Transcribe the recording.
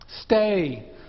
stay